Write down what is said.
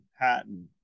patent